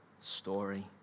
story